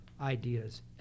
ideas